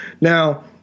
Now